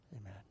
Amen